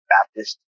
Baptist